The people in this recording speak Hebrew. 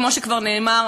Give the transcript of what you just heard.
כמו שכבר נאמר,